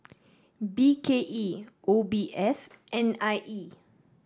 B K E O B S N I E